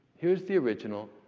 here's the original.